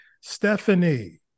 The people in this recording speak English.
Stephanie